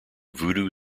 voodoo